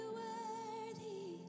worthy